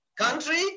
country